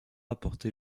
apporter